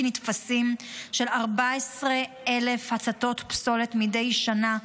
נתפסים של 14,000 הצתות פסולת מדי שנה,